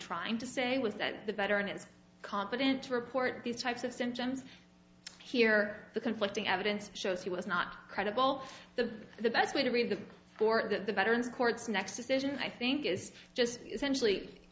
trying to say was that the veteran is competent to report these types of symptoms here the conflicting evidence shows he was not credible the the best way to read the court that the veterans courts next decision i think is just